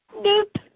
Nope